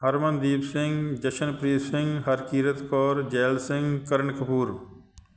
Harmandeep Singh Jashanpreet Singh Harkirat Kaur Zail Singh Karan Kapoor